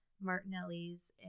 Martinelli's